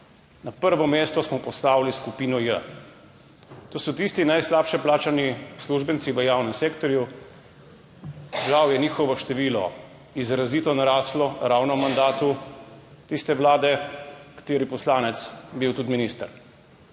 Na prvo mesto smo postavili skupino J, to so tisti najslabše plačani uslužbenci v javnem sektorju. Žal je njihovo število izrazito naraslo ravno v mandatu tiste vlade, kateri poslanec je bil tudi minister.